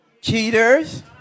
cheaters